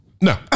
No